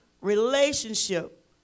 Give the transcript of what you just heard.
relationship